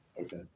Okay